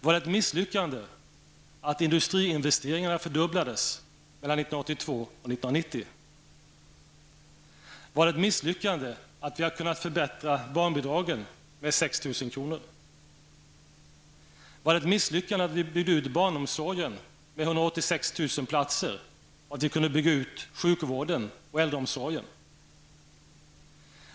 Var det ett misslyckande att industriinvesteringarna fördubblades 1982--1990? Var det ett misslyckande att vi har kunnat öka barnbidragen med 6 000 kr.? Var det ett misslyckande att vi byggde ut barnomsorgen med 186 000 platser och att vi kunde bygga ut sjukvården och äldreomsorgen?